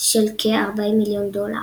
כ-40 מיליון דולר.